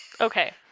Okay